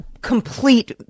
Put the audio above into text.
complete